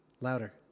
louder